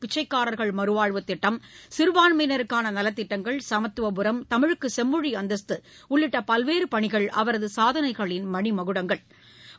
பிச்சைக்காரர்கள் மறுவாழ்வுத் திட்டம் சிறுபான்மையினருக்கான நலத்திட்டங்கள் சமத்துவபுரம் தமிழுக்கு செம்மொழி அந்தஸ்து உள்ளிட்ட பல்வேறு பணிகள் அவரது சாதனைகளின் மணிமகுடங்களாகும்